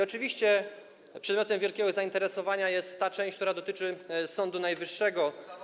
Oczywiście przedmiotem wielkiego zainteresowania jest ta część, która dotyczy Sądu Najwyższego.